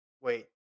Wait